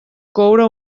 coure